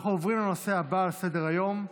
אני לא מתדלק היום לבד.